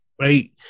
Right